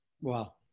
Wow